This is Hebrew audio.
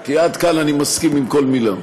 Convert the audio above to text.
כי עד כאן אני מסכים עם כל מילה,